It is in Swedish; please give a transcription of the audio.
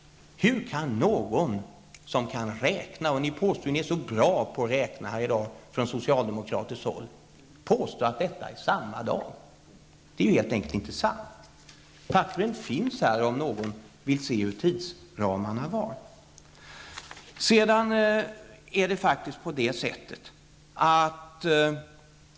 Hur kan någon som kan räkna -- och ni socialdemokrater hävdar ju att ni är så bra på att räkna -- påstå att detta är samma dag? Det är helt enkelt inte sant. Pappren finns här om någon vill se hur tidsramarna var.